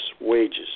wages